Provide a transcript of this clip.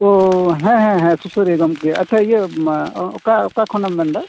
ᱚᱻ ᱦᱮᱸ ᱦᱮᱸ ᱥᱩᱥᱟᱹᱨᱤᱭᱟᱹ ᱜᱚᱢᱠᱮ ᱟᱪᱪᱷᱟ ᱤᱭᱟᱹ ᱚᱠᱟ ᱚᱠᱟ ᱠᱷᱚᱱᱟᱜ ᱮᱢ ᱢᱮᱱᱫᱟ